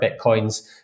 Bitcoins